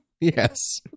Yes